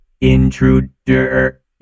intruder